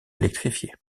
électrifié